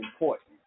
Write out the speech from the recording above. important